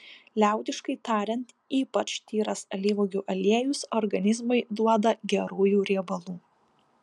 liaudiškai tariant ypač tyras alyvuogių aliejus organizmui duoda gerųjų riebalų